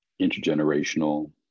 intergenerational